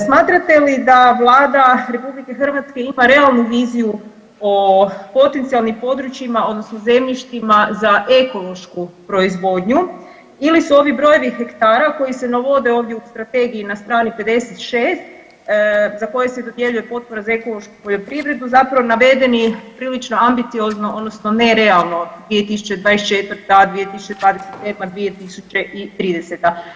Smatrate li da Vlada RH ima realnu viziju o potencijalnim područjima odnosno zemljištima za ekološku proizvodnju ili su ovi brojevi hektara koji se navode ovdje u strategiji na st. 56 za koje se dodjeljuje potpora za ekološku poljoprivredu zapravo navedeni prilično ambiciozno odnosno nerealno 2024., 202..., 2030.